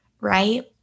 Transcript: right